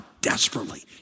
desperately